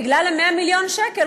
בגלל 100 מיליון השקלים,